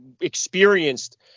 experienced